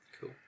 Cool